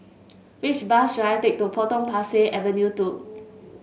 which bus should I take to Potong Pasir Avenue two